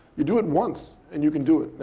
you do it once and you can do it.